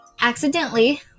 accidentally